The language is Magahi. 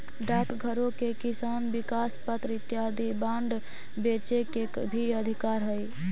डाकघरो के किसान विकास पत्र इत्यादि बांड बेचे के भी अधिकार हइ